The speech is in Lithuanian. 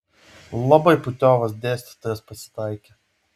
labai putiovas dėstytojas pasitaikė